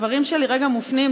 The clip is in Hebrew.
הדברים שלי כרגע מופנים,